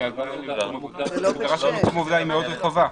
כי ההגדרה היא מאוד רחבה.